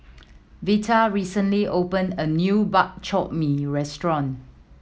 Veta recently opened a new Bak Chor Mee restaurant